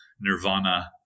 nirvana